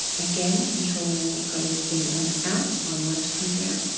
again, controlling what goes in and out our mitochondria.